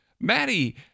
Maddie